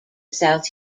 south